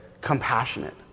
compassionate